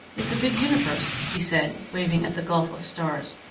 it's a big universe, he said, waving at the gulf of stars.